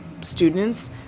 students